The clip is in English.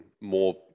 more